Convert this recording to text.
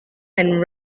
and